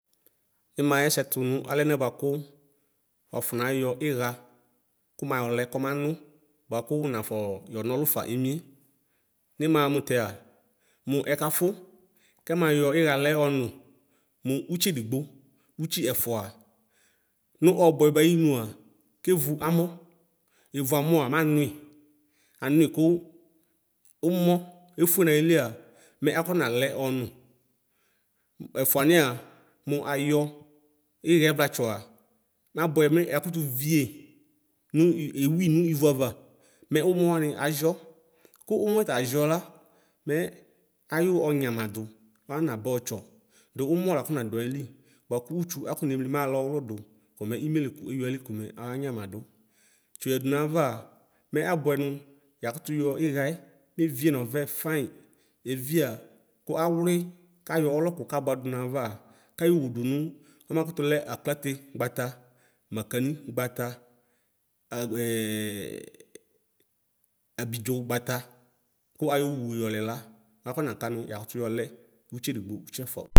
Nimaxɛsɛ tʋnʋ alɛnɛ wafɔnayɔ iɣa kʋmeyɔlɛ kɔma nʋ bʋakʋ wʋnafɔ yɔnɔlʋfa emie nimaxa mʋtɛa mʋ ɛtafʋ kɛmayɔ iɣa lɛ ɔnʋ mʋ etsiedigbo utsi ɛfʋa nʋ ɔbʋɛba anyinʋa kevʋ amɔ evʋ amɔa manui anui kʋ ʋmɔ efue nayilia mɛ akɔnalɛ ɔnʋ ɛfʋania nʋ ayɔ iɣaɛ vlatsɔa mabʋɛ mɛ akutuvie nʋ ewi nʋ wʋ ava mɛ ʋmɔ wani aŋɔ kʋ umɔɛ tayɔ la mɛ ayʋ ɔnyamadʋ ɔnanaba ɔtsɔ dʋ ʋmɔ lafɔ nadʋ ali bʋakʋ ʋtsʋ afɔne mli mala ɔwʋlʋdʋ kɔmɛ imelekʋ kɔmɛ anyamadʋ tsi yɔyadʋ nava mɛ abʋɛ nʋ yakʋtʋ yɔ iɣaɛ mevie nɔvɛ fanyi eviea kʋ awli kayɔ ɔlɔkʋ kabʋadʋ nava kayo wʋdʋnʋ ɔmakʋlɛ ablategbeta makanigbata asidzogbata kʋ ayɔwʋ yɔlɛla mafɔ nakanʋ yakʋtʋ yɔtɛ itsiedigbo ʋtsiɛfʋa.